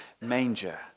manger